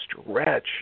stretch